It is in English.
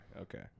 okay